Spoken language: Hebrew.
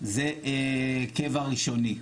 זה קבע ראשוני.